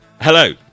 Hello